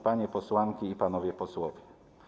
Panie Posłanki i Panowie Posłowie!